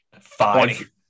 Five